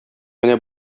менә